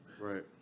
Right